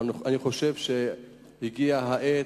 ואני חושב שהגיעה העת,